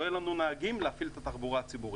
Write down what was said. לא יהיו לנו נהגים להפעיל את התחבורה הציבורית.